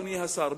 אדוני השר,